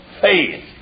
faith